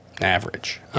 average